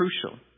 crucial